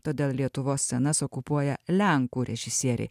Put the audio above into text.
todėl lietuvos scenas okupuoja lenkų režisieriai